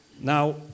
Now